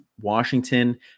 washington